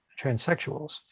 transsexuals